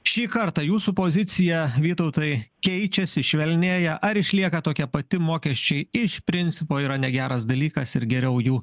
šį kartą jūsų pozicija vytautai keičiasi švelnėja ar išlieka tokia pati mokesčiai iš principo yra negeras dalykas ir geriau jų